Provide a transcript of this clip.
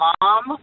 mom